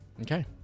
Okay